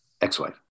ex-wife